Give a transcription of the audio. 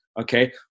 okay